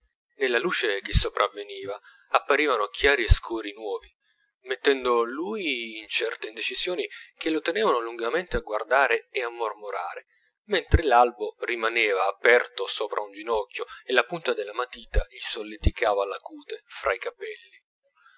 nella luce che sopravveniva apparivano chiari e scuri nuovi mettendo lui in certe indecisioni che lo tenevano lungamente a guardare e a mormorare mentre l'albo rimaneva aperto sopra un ginocchio e la punta della matita gli solleticava la cute fra i capelli